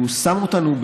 הוא שם אותנו,